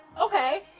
Okay